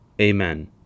Amen